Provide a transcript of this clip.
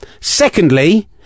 secondly